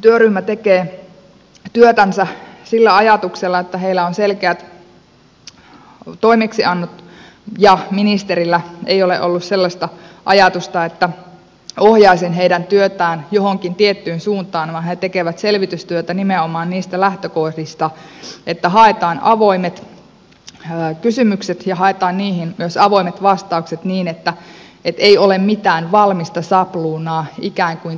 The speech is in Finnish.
työryhmä tekee työtänsä sillä ajatuksella että heillä on selkeät toimeksiannot ja ministerillä ei ole ollut sellaista ajatusta että ohjaisin heidän työtään johonkin tiettyyn suuntaan vaan he tekevät selvitystyötä nimenomaan niistä lähtökohdista että haetaan avoimet kysymykset ja haetaan niihin myös avoimet vastaukset niin ettei ole mitään ikään kuin valmista sapluunaa